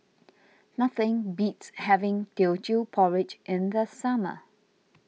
nothing beats having Teochew Porridge in the summer